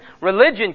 religion